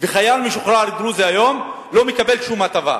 וחייל משוחרר דרוזי היום לא מקבל שום הטבה.